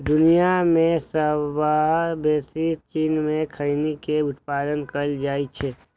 दुनिया मे सबसं बेसी चीन मे खैनी के उत्पादन कैल जाइ छै